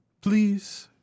please